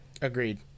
Agreed